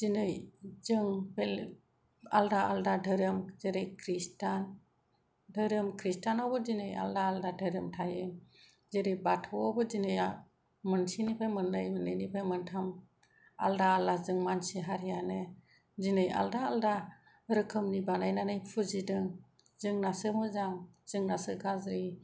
दिनै जों आलादा आलादा धोरोम जेरै ख्रिष्टान धोरोम ख्रिष्टान आवबो दिनै आलादा आलादा धोरोम थायो जेरै बाथौआवबो दिनैआव मोनसेनिफ्राय मोननै मोननैनिफ्राय मोनथाम आलादा आलादा जों मानसि हारियानो दिनै आलादा आलादा रोखोमनि बानायनानै फुजिदों जोंनासो मोजां जोंनासो गाज्रि